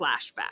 flashback